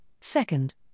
second